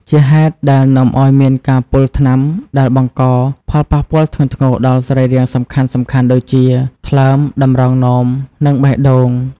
ជាហេតុដែលនាំឱ្យមានការពុលថ្នាំដែលបង្កផលប៉ះពាល់ធ្ងន់ធ្ងរដល់សរីរាង្គសំខាន់ៗដូចជា ថ្លើម តម្រងនោម និងបេះដូង។